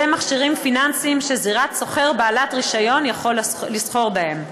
מכשירים פיננסיים שזירת סוחר בעלת רישיון יכולה לסחור בהם.